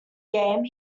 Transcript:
game